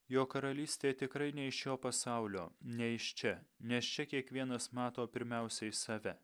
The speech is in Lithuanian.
jo karalystė tikrai ne iš šio pasaulio ne iš čia nes čia kiekvienas mato pirmiausiai save